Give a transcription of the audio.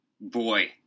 Boy